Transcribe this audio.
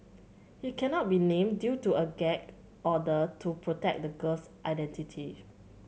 he cannot be named due to a gag order to protect the girl's identity